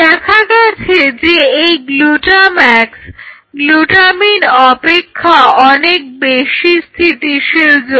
দেখা গেছে যে এই গ্লুটাম্যাক্স গ্লুটামিন অপেক্ষা অনেক বেশি স্থিতিশীল যৌগ